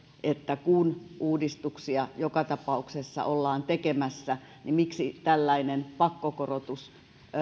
että kun uudistuksia joka tapauksessa ollaan tekemässä niin miksi tällainen pakkokorotus